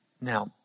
Now